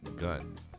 gun